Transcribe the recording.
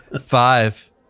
Five